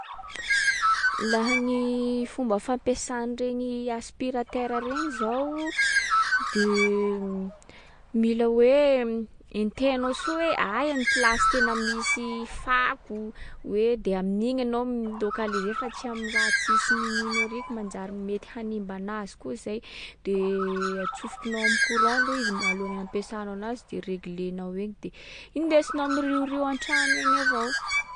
Laha gny fomba fampesà an’regny aspiratera regny zao, de mila hoe entehanao soa hoe aia ny place tena misy fako, hoe- de amin’igny anao milocaliser fa tsy am’raha tsisy ninino ariky manjary mety hanimba anazy koa zay. De atsofokonao am'courant aloha izy m- alohan’ny ampesanao anazy de reglenao eny de indesinao miriorio an-tragno eny avao.